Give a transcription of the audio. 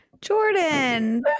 jordan